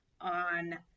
on